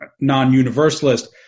non-universalist